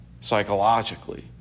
psychologically